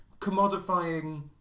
commodifying